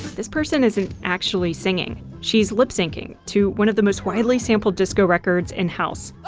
this person isn't actually singing. she's lip syncing to one of the most widely sampled disco records in house,